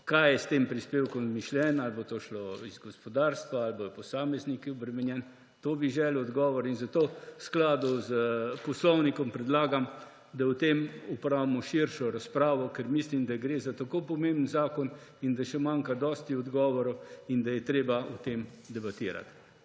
kaj je s tem prispevkom mišljeno, ali bo to šlo iz gospodarstva, ali bojo posamezniki obremenjeni. Na to bi želel odgovor. In zato v skladu s Poslovnikom predlagam, da o tem opravimo širšo razpravo, ker mislim, da gre za tako pomemben zakon in da še manjka dosti odgovorov in da je treba o tem debatirati.